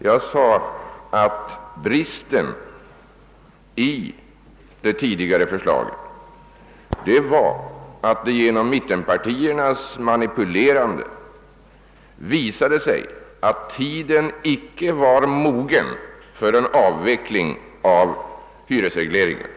Jag sade att bristen i det tidigare förslaget var att det genom mittenpartiernas manipulerande visade sig att tiden icke var mogen för en avveckling av hyresregleringen.